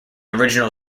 original